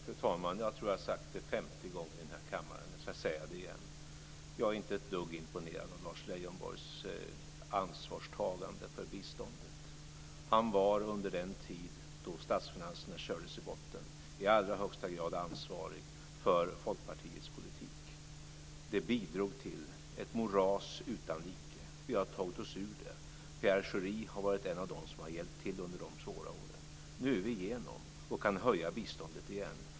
Fru talman! Jag tror att jag har sagt det femtio gånger i denna kammare men jag ska säga det igen: Jag är inte ett dugg imponerad av Lars Leijonborgs ansvarstagande för biståndet. Han var under den tid då statsfinanserna kördes i botten i allra högsta grad ansvarig för Folkpartiets politik. Det bidrog till ett moras utan like. Vi har tagit oss ur det. Pierre Schori var en av dem som hjälpte till under de svåra åren. Nu är vi igenom och kan höja biståndet igen.